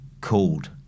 called